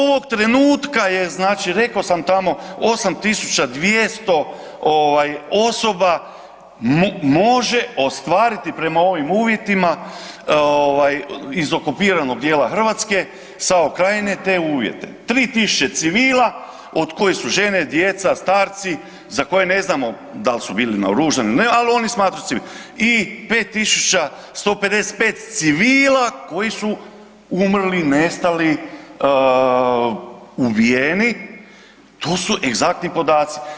Ovog trenutka je, znači reko sam tamo 8.200 ovaj osoba može ostvariti prema ovim uvjetima ovaj iz okupiranog dijela Hrvatske SAO Krajine te uvjete, 3.000 civila od kojih su žene, djeca, starci za koje ne znamo dal su bili naoružani il ne, al oni se smatraju civilima i 5.155 civila koji su umrli, nestali i ubijeni, to su egzaktni podaci.